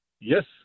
Yes